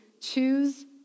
choose